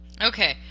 okay